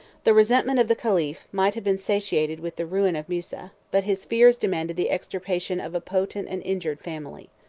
the resentment of the caliph might have been satiated with the ruin of musa but his fears demanded the extirpation of a potent and injured family.